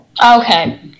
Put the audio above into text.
Okay